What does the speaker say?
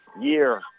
year